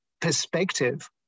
perspective